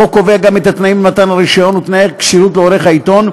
החוק קובע גם את התנאים למתן הרישיון ותנאי כשירות לעורך העיתון,